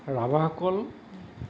ৰাভাসকল